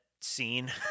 scene